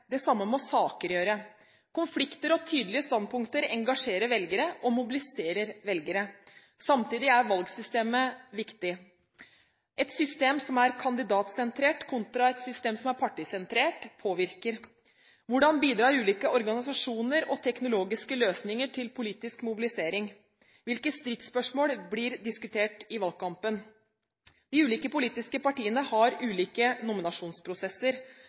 Det samme må saker gjøre. Konflikter og tydelige standpunkter engasjerer velgere og mobiliserer velgere. Samtidig er valgsystemet viktig – et system som er kandidatsentrert kontra et system som er partisentrert, påvirker. Hvordan bidrar ulike organisasjoner og teknologiske løsninger til politisk mobilisering? Hvilke stridsspørsmål blir diskutert i valgkampen? De ulike politiske partier har ulike nominasjonsprosesser.